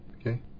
okay